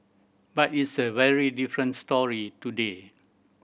but it's a very different story today